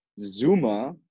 Zuma